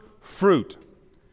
fruit